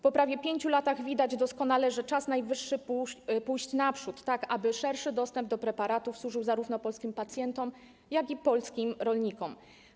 Po prawie 5 latach widać doskonale, że czas najwyższy pójść naprzód, tak aby szerszy dostęp do preparatów służył zarówno polskim pacjentom, jak i polskim rolnikom.